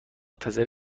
منتظر